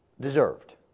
deserved